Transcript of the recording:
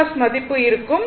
S மதிப்பு ஆகும்